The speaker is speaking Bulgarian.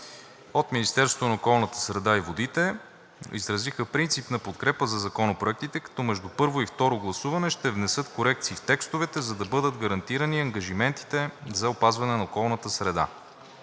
От Министерството на околната среда и водите изразиха принципна подкрепа за законопроектите, като между първо и второ гласуване ще внесат корекции в текстовете, за да бъдат гарантирани ангажиментите за опазване на околната среда.